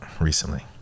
recently